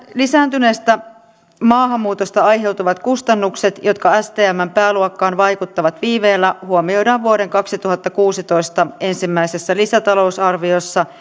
lisääntyneestä maahanmuutosta aiheutuvat kustannukset jotka stmn pääluokkaan vaikuttavat viiveellä huomioidaan vuoden kaksituhattakuusitoista ensimmäisessä lisätalousarviossa